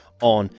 on